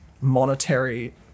monetary